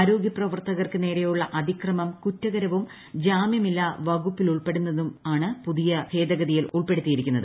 ആരോഗ്യപ്രവർത്തകർക്ക് നേരെയുള്ള അതിക്രമം കുറ്റകരവും ജാമ്യമില്ലാ വകുപ്പിൽ ഏർപ്പെടുത്തുന്നതും പുതിയ ഭേദഗതിയിൽ ഉൾപ്പെടുന്നു